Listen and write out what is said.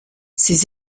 ses